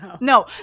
No